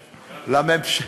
גם לא יהיה.